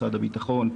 משרד הביטחון,